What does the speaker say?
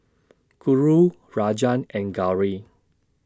Guru Rajan and Gauri